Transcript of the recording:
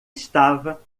estava